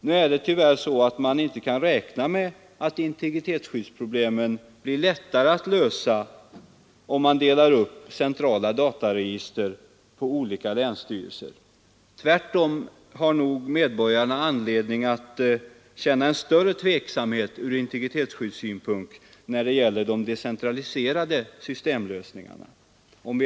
Nu är det tyvärr så att man inte kan räkna med att integritetsskyddsproblemen blir lättare att lösa om man delar upp centrala dataregister på olika länsstyrelser. Tvärtom har nog medborgarna — om vi skall vara riktigt ärliga på den här punkten — anledning att känna större tveksamhet från integritetsskyddssynpunkt när det gäller de decentraliserade systemlösningarna.